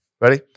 Ready